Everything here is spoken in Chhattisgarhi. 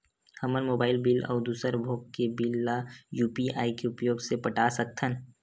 हमन मोबाइल बिल अउ दूसर भोग के बिल ला यू.पी.आई के उपयोग से पटा सकथन